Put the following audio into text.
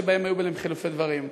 שבהם היו בינינו חילופי דברים.